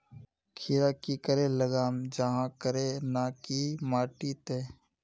खीरा की करे लगाम जाहाँ करे ना की माटी त?